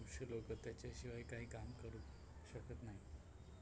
खूपसे लोक त्याच्याशिवाय काही काम करू शकत नाहीत